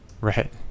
right